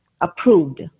approved